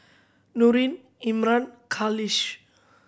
Nurin Imran Khalish